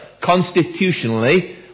constitutionally